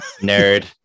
Nerd